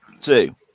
two